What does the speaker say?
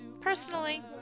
personally